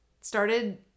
started